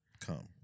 come